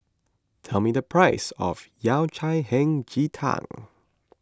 tell me the price of Yao Cai Hei Ji Tang